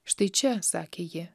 štai čia sakė ji